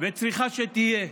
וצריך שתהיה,